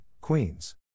Queens